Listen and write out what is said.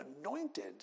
anointed